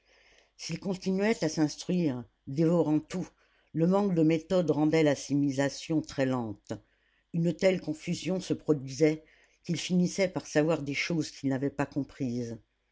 s'il continuait à s'instruire dévorant tout le manque de méthode rendait l'assimilation très lente une telle confusion se produisait qu'il finissait par savoir des choses qu'il n'avait pas comprises